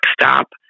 stop